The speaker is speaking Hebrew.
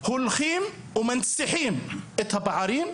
הולכים ומנציחים את הפערים.